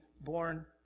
born